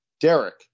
Derek